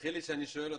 תסלחי לי שאני שואל אותך,